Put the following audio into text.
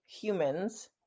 humans